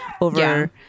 over